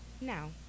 Now